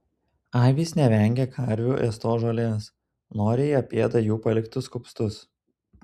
avys nevengia karvių ėstos žolės noriai apėda jų paliktus kupstus